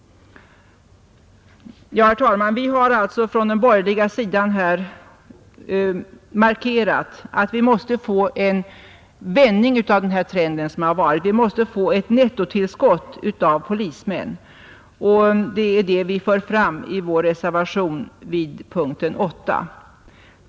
Herr talman! Vi har alltså från den borgerliga sidan markerat att den trend som har varit måste vända, vi måste få ett nettotillskott av polismän. Det är det vi för fram i vår reservation under punkten 8.